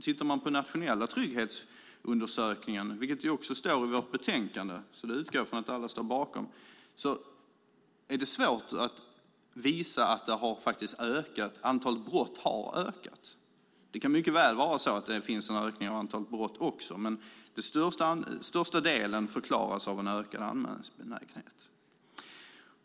Tittar man på den nationella trygghetsundersökningen - det står i vårt betänkande så jag utgår från att alla står bakom det - är det svårt att visa att antalet brott har ökat. Det kan mycket väl vara så att det har skett en ökning av antalet brott, men den största delen förklaras av en ökad anmälningsbenägenhet.